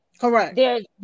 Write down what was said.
Correct